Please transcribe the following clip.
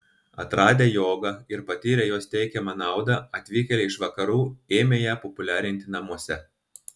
atradę jogą ir patyrę jos teikiamą naudą atvykėliai iš vakarų ėmė ją populiarinti namuose